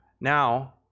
Now